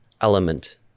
element